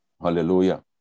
hallelujah